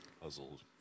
puzzled